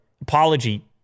apology